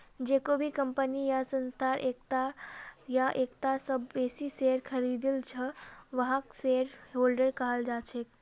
जेको भी कम्पनी या संस्थार एकता या एकता स बेसी शेयर खरीदिल छ वहाक शेयरहोल्डर कहाल जा छेक